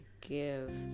give